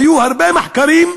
היו הרבה מחקרים.